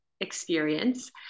experience